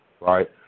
right